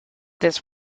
this